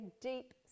deep